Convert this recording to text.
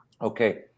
okay